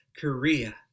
Korea